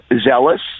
zealous